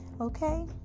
Okay